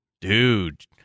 dude